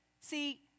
See